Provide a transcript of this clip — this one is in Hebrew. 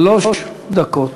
שלוש דקות.